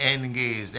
engaged